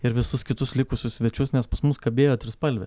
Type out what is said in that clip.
ir visus kitus likusius svečius nes pas mus kabėjo trispalvė